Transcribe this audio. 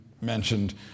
mentioned